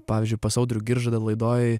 pavyzdžiui pas audrių giržadą laidoj